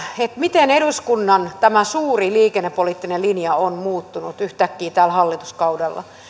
miten eduskunnan tämä suuri liikennepoliittinen linja on muuttunut yhtäkkiä tällä hallituskaudella